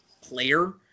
player